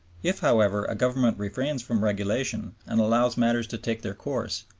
if, however, a government refrains from regulation and allows matters to take their course,